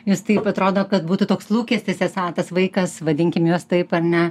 nes taip atrodo kad būtų toks lūkestis esą tas vaikas vadinkim juos taip ar ne